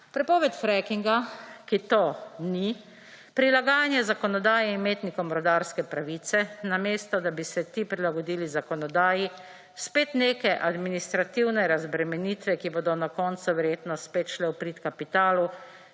Prepoved frackinga, ki to ni, prilagajanje zakonodaje imetnikom rudarske pravice, namesto da bi se ti prilagodili zakonodaji, spet neke administrativne razbremenitve, ki bodo na koncu verjetno spet šle v prid kapitalu